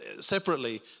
separately